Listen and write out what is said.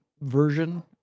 version